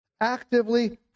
actively